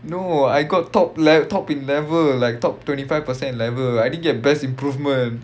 no I got top le~ top in level like top twenty five percent level I didn't get best improvement